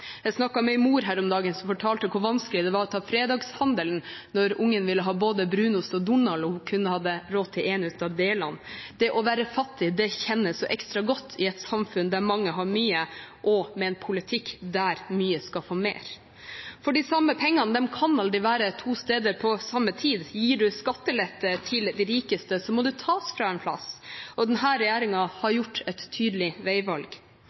Jeg snakket her om dagen med en mor som fortalte hvor vanskelig det var å gjøre fredagshandelen når ungen ville ha både brunost og Donald, og hun kun hadde råd til en av delene. Det å være fattig merkes ekstra godt i et samfunn der mange har mye, og der man har en politikk hvor mye skal få mer. De samme pengene kan aldri være to steder på samme tid. Gir man skattelette til de rikeste, må det tas fra en plass. Denne regjeringen har gjort et tydelig veivalg.